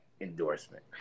endorsement